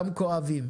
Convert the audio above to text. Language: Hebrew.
גם כואבים.